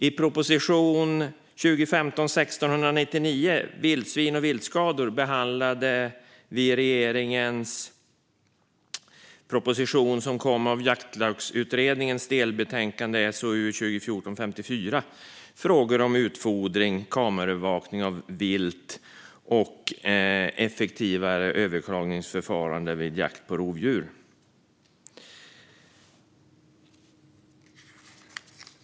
I propositionen 2015/16:199 Vildsvin och viltskador behandlades Jaktlagsutredningens delbetänkande SOU 2014:54 om utfodring, kameraövervakning av vilt och effektivare överklagningsförfarande vid jakt på rovdjur.